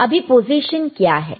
अभी पोजीशन क्या है